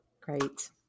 Great